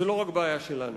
זו לא רק בעיה שלנו